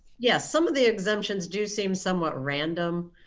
yeah, some of the exemptions do seem somewhat random.